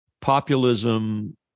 populism